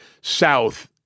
south—